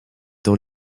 dans